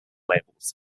labels